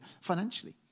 financially